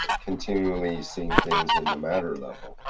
continually seeing things in the matter level.